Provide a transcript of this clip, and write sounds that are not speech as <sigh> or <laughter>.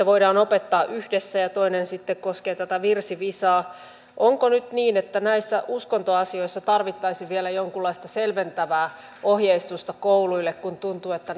<unintelligible> voidaan opettaa yhdessä ja toinen sitten koskee tätä virsivisaa onko nyt niin että näissä uskontoasioissa tarvittaisiin vielä jonkinlaista selventävää ohjeistusta kouluille kun tuntuu että <unintelligible>